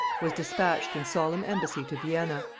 was dispatched in solemn embassy to vienna,